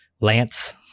Lance